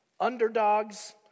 underdogs